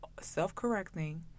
self-correcting